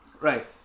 Right